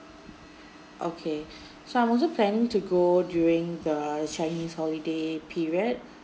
okay so I'm also planning to go during the chinese holiday period